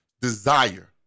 desire